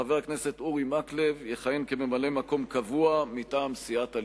חבר הכנסת אורי מקלב יכהן כממלא-מקום קבוע מטעם סיעת הליכוד.